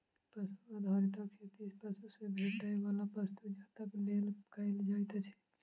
पशु आधारित खेती पशु सॅ भेटैयबला वस्तु जातक लेल कयल जाइत अछि